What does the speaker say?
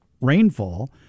rainfall